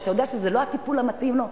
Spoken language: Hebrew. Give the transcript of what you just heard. כשאתה יודע שזה לא הטיפול המתאים לו?